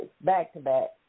back-to-back